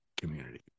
community